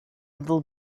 little